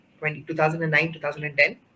2009-2010